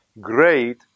great